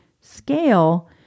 scale